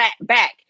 back